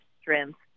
strength